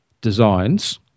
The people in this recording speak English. designs